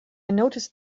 noticed